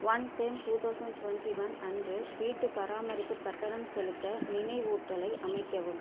one ten two thousand twenty one அன்று வீட்டுப் பராமரிப்பு கட்டணம் செலுத்த நினைவூட்டலை அமைக்கவும்